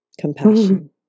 Compassion